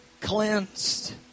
cleansed